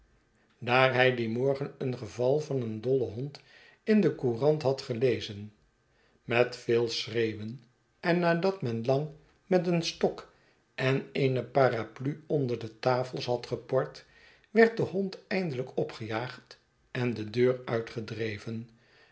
daar hy dien morgen een gevalvan een dollen hond in de courant had gelezen met veel schreeuwen en nadat men lang met een stok en eene paraplu onder de tafels had gepord werd de hond eindelijk opgejaagd en de deur uitgedreven